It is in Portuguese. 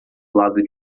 lado